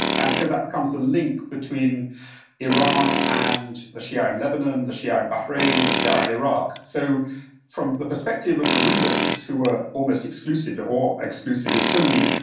and so that becomes a link between iran and the shia in lebanon, the shia in bahrain, the shia in iraq. so from the perspective of the rulers, who were almost exclusively or exclusively sunni,